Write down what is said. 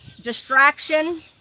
distraction